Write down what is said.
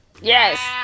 Yes